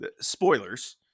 spoilers